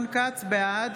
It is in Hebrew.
בעד